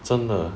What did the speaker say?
真的